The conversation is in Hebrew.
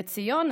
וציון,